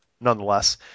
Nonetheless